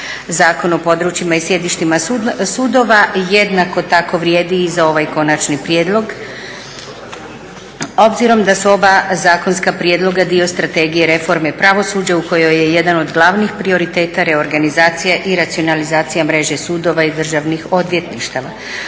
Zakon o područjima i sjedištima sudova jednako tako vrijedi i za ovaj konačni prijedlog. Obzirom da su oba zakonska prijedloga dio Strategije reforme pravosuđa u kojoj je jedan od glavnih prioriteta reorganizacija i racionalizacija mreže sudova i državnih odvjetništava.